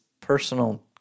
personal